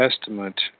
testament